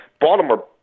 Baltimore